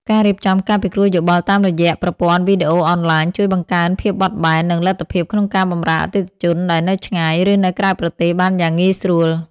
ការរៀបចំការពិគ្រោះយោបល់តាមរយៈប្រព័ន្ធវីដេអូអនឡាញ ជួយបង្កើនភាពបត់បែន និងលទ្ធភាពក្នុងការបម្រើអតិថិជនដែលនៅឆ្ងាយ ឬនៅក្រៅប្រទេសបានយ៉ាងងាយស្រួល។